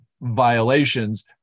violations